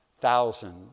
thousand